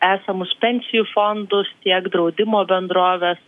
esamus pensijų fondus tiek draudimo bendroves